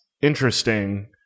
interesting